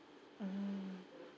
mm